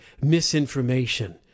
misinformation